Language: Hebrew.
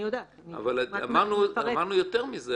אני יודעת, אני רק --- אמרנו יותר מזה.